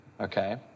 okay